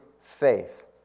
faith